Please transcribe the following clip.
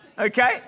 Okay